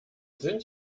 sind